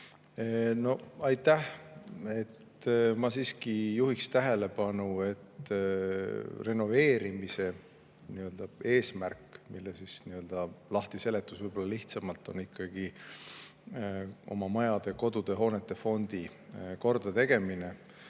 Aitäh! Ma siiski juhin tähelepanu, et renoveerimise eesmärk, mille lahtiseletus võib-olla lihtsamalt on ikkagi majade-, kodude-, hoonetefondi kordategemine,